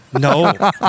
No